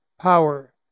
power